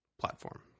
platform